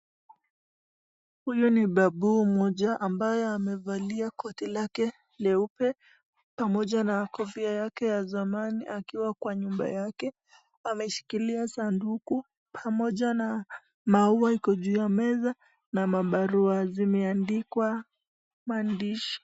Huyu ni baby mmoja ambayo amevalia koti lake leupe, pamoja na kofia lake ya zamani akiwa Kwa nyumba yake ameshikilia sanduku pamoja na maua Iko juu ya meza na mabarua zimeandikwa maandishi.